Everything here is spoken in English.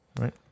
Right